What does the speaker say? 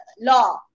law